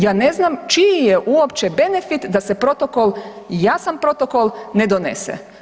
Ja ne znam čiji je uopće benefit da se protokol, jasan protokol ne donese.